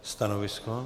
Stanovisko?